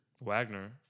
Wagner